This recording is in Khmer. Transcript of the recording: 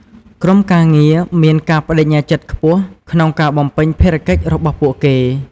ក្រុមការងារមានការប្តេជ្ញាចិត្តខ្ពស់ ក្នុងការបំពេញភារកិច្ចរបស់ពួកគេ។